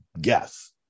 guess